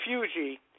refugee